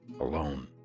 alone